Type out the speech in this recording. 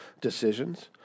decisions